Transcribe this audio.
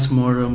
more